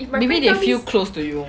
maybe they feel close to you